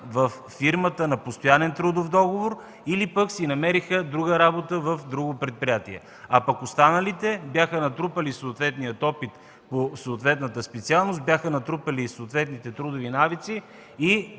във фирмата, на постоянен трудов договор или пък си намериха друга работа в друго предприятие. Останалите бяха натрупали съответния опит по съответната специалност, бяха натрупали съответните трудови навици и